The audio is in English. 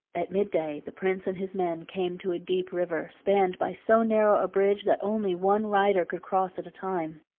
at midday the prince and his men came to a deep river, spanned by so narrow a bridge that only one rider could cross at a time.